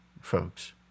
folks